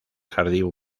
jardín